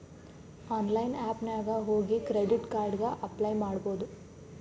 online app ನಾಗ್ ಹೋಗಿ credit card ಗ ಅಪ್ಲೈ ಮಾಡ್ಬೋದು